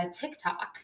TikTok